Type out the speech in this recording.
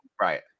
right